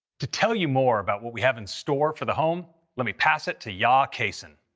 to tell you more about what we have in store for the home, let me pass it to yah cason.